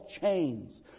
chains